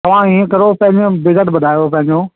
तव्हां हीअं करो पंहिंजो बजट ॿुधायो पंहिंजो